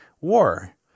war